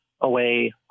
away